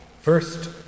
First